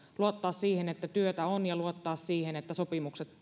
luottaa siihen että työtä on ja luottaa siihen että sopimukset